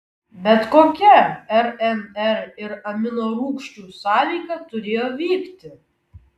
bet kokia rnr ir aminorūgščių sąveika turėjo vykti